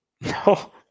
no